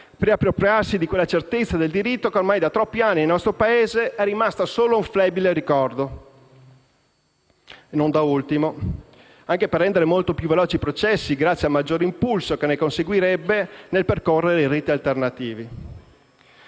per riappropriarsi di quella certezza del diritto che ormai da troppi anni nel nostro Paese é solo un flebile ricordo e, non da ultimo, per rendere molto più veloci i processi, grazie al maggior impulso che ne conseguirebbe, nel percorrere i riti alternativi.